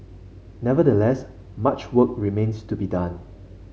nevertheless much work remains to be done